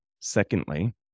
secondly